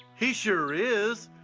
he sure is.